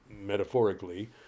metaphorically